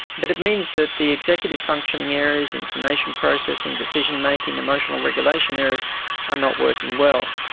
but it means that the executive functioning areas, information processing, decision-making, emotional regulation areas are not working well.